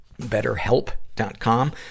betterhelp.com